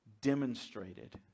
demonstrated